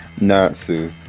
Natsu